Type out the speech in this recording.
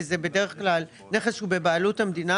כי זה בדרך כלל נכס שהוא בבעלות המדינה